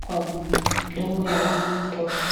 kwa mdomo ya huyu mtoto.